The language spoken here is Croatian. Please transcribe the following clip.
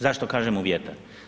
Zašto kažem u vjetar?